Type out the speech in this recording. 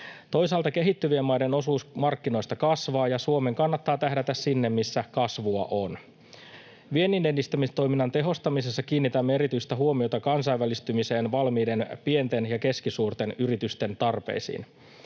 Toisaalta kehittyvien maiden osuus markkinoista kasvaa, ja Suomen kannattaa tähdätä sinne, missä kasvua on. Vienninedistämistoiminnan tehostamisessa kiinnitämme erityistä huomiota kansainvälistymiseen valmiiden pienten ja keskisuurten yritysten tarpeisiin.